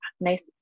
nice